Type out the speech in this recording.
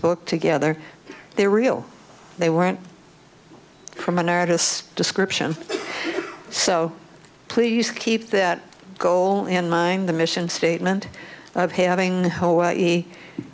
book together they're real they weren't from an artist's description so please keep that goal in mind the mission statement of having h